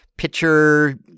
Pitcher